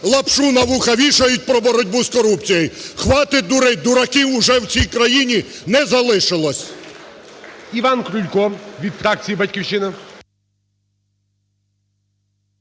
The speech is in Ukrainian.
"лапшу на вуха вішають" про боротьбу з корупцією! Хватить дурить. Дураків вже в цій країні не залишилось.